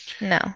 No